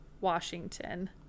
washington